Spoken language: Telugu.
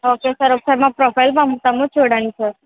ఓకే సార్ ఒకసారి మా ప్రొఫైల్ పంపుతాము చుడండి సార్